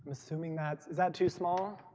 is so i mean that is that too small?